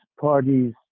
parties